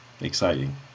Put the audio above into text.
Exciting